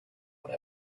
what